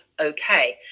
okay